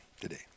today